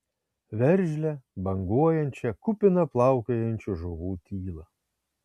veržlią banguojančią kupiną plaukiojančių žuvų tylą